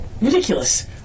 ridiculous